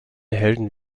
helden